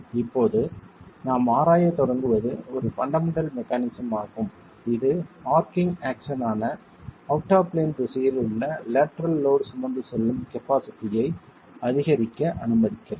இப்போது நாம் ஆராயத் தொடங்குவது ஒரு பண்டமென்டல் மெக்கானிசம் ஆகும் இது ஆர்ச்சிங் ஆக்சன் ஆன அவுட் ஆஃப் பிளேன் திசையில் உள்ள லேட்டரல் லோட் சுமந்து செல்லும் கபாஸிட்டியை அதிகரிக்க அனுமதிக்கிறது